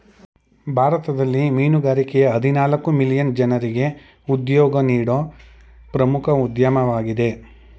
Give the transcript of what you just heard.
ಭಾರತದಲ್ಲಿ ಮೀನುಗಾರಿಕೆಯ ಹದಿನಾಲ್ಕು ಮಿಲಿಯನ್ ಜನ್ರಿಗೆ ಉದ್ಯೋಗ ನೀಡೋ ಪ್ರಮುಖ ಉದ್ಯಮವಾಗಯ್ತೆ